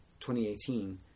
2018